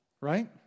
Right